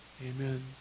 amen